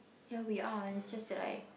ya we are it's just that I